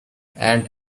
and